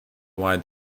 wide